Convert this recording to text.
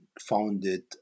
founded